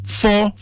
four